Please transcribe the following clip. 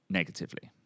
negatively